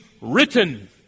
written